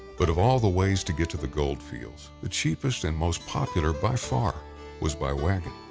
but of all the ways to get to the gold fields, the cheapest and most popular by far was by wagon.